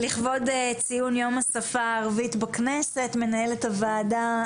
לפני כל דיון מנהלת הוועדה